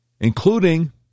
Including